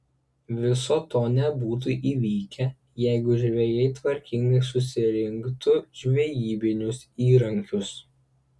viso to nebūtų įvykę jeigu žvejai tvarkingai susirinktų žvejybinius įrankius